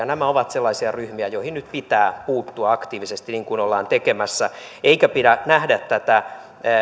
nämä ovat sellaisia ryhmiä joihin nyt pitää puuttua aktiivisesti niin kuin ollaan tekemässä eikä pidä nähdä tätä